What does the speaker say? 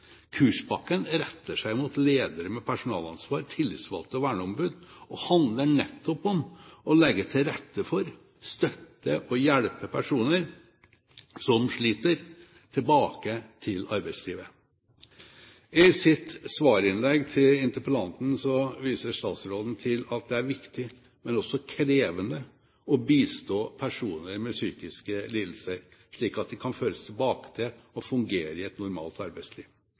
retter seg mot ledere med personalansvar, tillitsvalgte og verneombud og handler nettopp om å legge til rette for, støtte og hjelpe personer som sliter, tilbake til arbeidslivet. I sitt svarinnlegg til interpellanten viser statsråden til at det er viktig, men også krevende å bistå personer med psykiske lidelser, slik at de kan føres tilbake til og fungere i et normalt arbeidsliv.